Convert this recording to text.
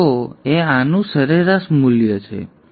Vo એ આનું સરેરાશ મૂલ્ય હશે